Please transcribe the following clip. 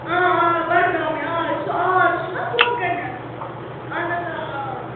آ آ بَڈگامٕے آ سُہ آر چھُ نہ بۄن کَنٮ۪تھ اہن حظ آ آ